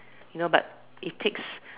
you know but it takes